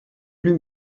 plus